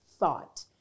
Thought